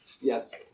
Yes